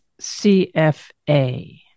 CFA